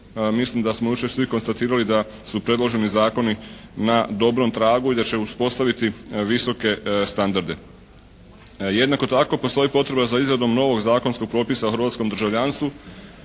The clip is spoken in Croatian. mislim da smo jučer svi konstatirali da su predloženi zakoni na dobrom tragu i da će uspostaviti visoke standarde. Jednako tako postoji potreba za izradom novog zakonskog propisa o hrvatskom državljanstvu.